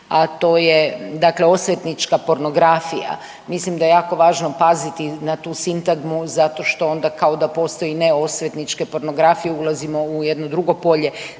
a to je dakle osvetnička pornografija. Mislim da je jako važno paziti na tu sintagmu zato što onda, kao da postoji neosvetničke pornografije, ulazimo u jedno drugo polje.